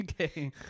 okay